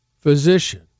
physician